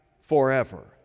forever